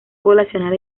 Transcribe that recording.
poblacional